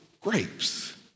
grapes